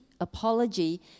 apology